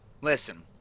listen